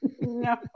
No